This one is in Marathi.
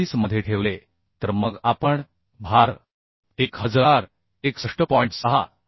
31 मध्ये ठेवले तर मग आपण भार 1061